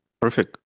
Perfect